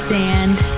sand